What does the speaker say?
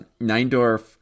Nindorf